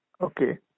Okay